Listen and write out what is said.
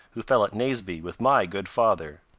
who fell at naseby with my good father.